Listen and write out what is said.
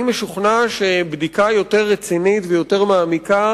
אני משוכנע שבדיקה יותר רצינית ויותר מעמיקה